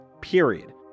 period